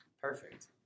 Perfect